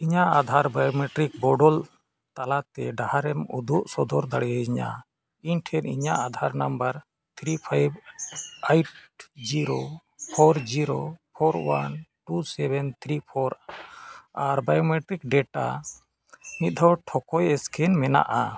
ᱤᱧᱟᱹᱜ ᱟᱫᱷᱟᱨ ᱵᱟᱭᱳᱢᱮᱴᱨᱤᱠ ᱵᱚᱫᱚᱞ ᱛᱟᱞᱟᱛᱮ ᱰᱟᱦᱟᱨᱮᱢ ᱩᱫᱩᱜ ᱥᱚᱫᱚᱨ ᱫᱟᱲᱮᱭᱤᱧᱟᱹ ᱤᱧ ᱴᱷᱮᱱ ᱤᱧᱟᱹᱜ Aadhaar number three five eight zero four zero four one two seven three four ᱟᱨ ᱵᱟᱭᱳᱢᱮᱴᱨᱤᱠ ᱰᱮᱴᱟ ᱢᱤᱫ ᱫᱷᱟᱣ ᱴᱷᱚᱠᱚᱭ ᱥᱠᱮᱱ ᱢᱮᱱᱟᱜᱼᱟ